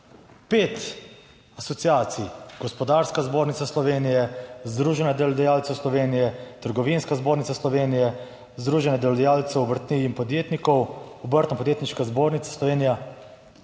Pet asociacij: Gospodarska zbornica Slovenije, Združenje delodajalcev Slovenije, Trgovinska zbornica Slovenije, Združenje delodajalcev obrti in podjetnikov, Obrtno podjetniška zbornica Slovenije